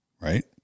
right